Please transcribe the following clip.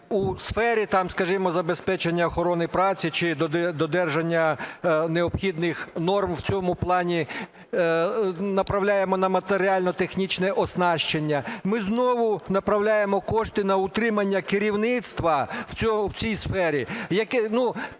скажімо, забезпечення охорони праці чи додержання необхідних норм в цьому плані, направляємо на матеріально-технічне оснащення, ми знову направляємо кошти на утримання керівництва в цій сфері.